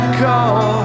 call